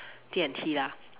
D&T lah